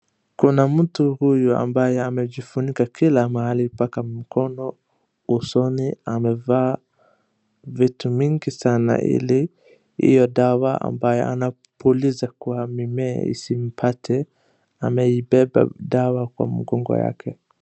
Kuna mtu huyu ambaye amejifunika kila mahali mpaka mkono. Usoni amevaa vitu mingi sana ili hio dawa ambayo anapuliza kwa mimea isimpate. Ameinebeba dawa kwa mgongo yake.